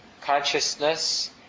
consciousness